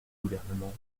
gouvernement